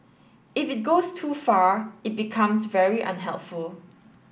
if it goes too far it becomes very unhelpful